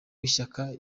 w’ishyaka